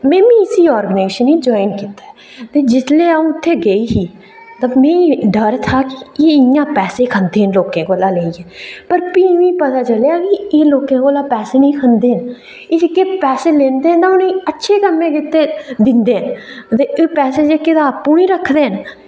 में बी इस आर्गनाइजेशन गी ज्वाइन कीता जिसलै अ'ऊं उत्थै गेई ही मीं डर हा जे एह् इ'यां पैसे खंदे न लोकें कोला लेइयै पर फ्ही मिगी पता चलेआ एह् लोकें कोला पैसे नेईं खंदे एह् जेह्के पैसे लैंदे न उनेंगी अच्छे कम्में लेई दिंदे न पैसे जेह्के एह् आपूं नेईं रखदे हैन